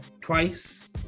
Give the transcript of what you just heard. twice